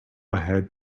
ahead